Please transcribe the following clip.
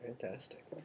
Fantastic